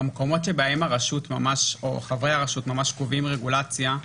במקומות שבהם חברי הרשות ממש קובעים רגולציה,